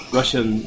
Russian